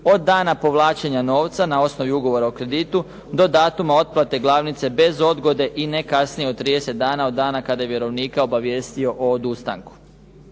od dana povlačenja novca na osnovi ugovora o kreditu do datuma otplate glavnice bez odgode i ne kasnije od 30 dana od dana kada je vjerovnika obavijestio o odustanku.